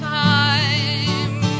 time